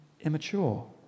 immature